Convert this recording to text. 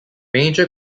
major